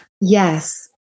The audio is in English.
Yes